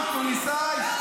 עם תוניסאי,